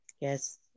Yes